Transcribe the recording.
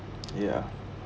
ya